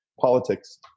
Politics